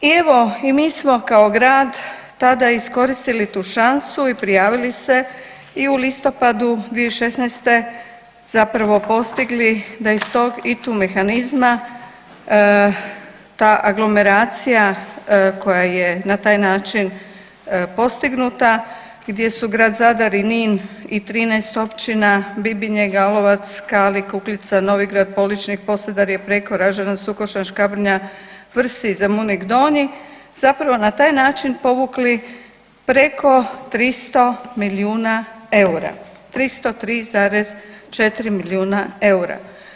I evo i mi smo kao grad tada iskoristili tu šansu i prijavili se i u listopadu 2016. zapravo postigli da iz tog ITU mehanizma ta agromeracija koja je na taj način postignuta, gdje su grad Zadar i Nin i 13 općina, Bibinje, Galovac, Kali, Kukljica, Novigrad, Poličnik, Posedarje, Preko, Ražanac, Sukošan, Škabrnja, Vrsi, Zemunik donji zapravo na taj način povukli preko 300 milijuna eura, 303,4 milijuna eura.